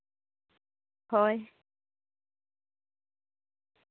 ᱦᱳᱭ